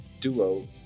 duo